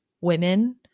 women